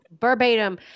verbatim